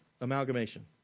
amalgamation